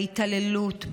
בהתעללות,